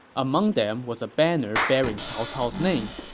among them was a banner bearing cao cao's name.